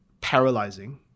paralyzing